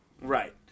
Right